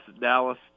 Dallas